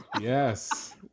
Yes